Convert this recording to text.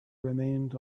remained